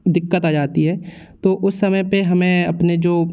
दिक्कत आ जाती है तो उस समय पे हमें अपने जो